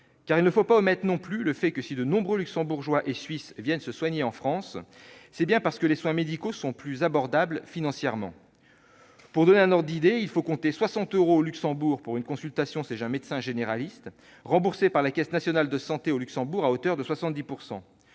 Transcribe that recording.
Car il ne faut pas omettre non plus le fait que, si de nombreux Luxembourgeois et Suisses viennent se soigner en France, c'est bien parce que les soins médicaux sont plus abordables financièrement. Pour donner un ordre d'idées, il faut compter 60 euros au Luxembourg pour une consultation chez un médecin généraliste, remboursée par la Caisse nationale de santé au Luxembourg à hauteur de 70 %.